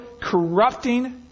corrupting